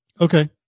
Okay